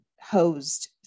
hosed